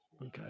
Okay